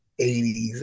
80s